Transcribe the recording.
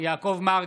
אופיר סופר,